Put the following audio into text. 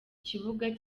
kibuga